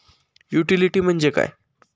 Utility म्हणजे काय?